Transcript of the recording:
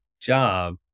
job